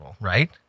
right